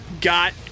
got